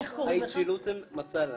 אייצ'לותם מסלה.